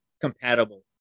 compatible